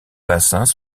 bassins